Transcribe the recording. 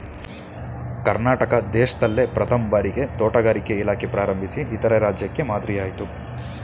ಕರ್ನಾಟಕ ದೇಶ್ದಲ್ಲೇ ಪ್ರಥಮ್ ಭಾರಿಗೆ ತೋಟಗಾರಿಕೆ ಇಲಾಖೆ ಪ್ರಾರಂಭಿಸಿ ಇತರೆ ರಾಜ್ಯಕ್ಕೆ ಮಾದ್ರಿಯಾಯ್ತು